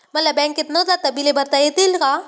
मला बँकेत न जाता बिले भरता येतील का?